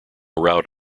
route